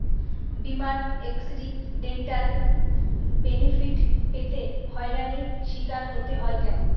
বিমার accidental benefit পেতে হয়রানির স্বীকার হতে হয় কেন?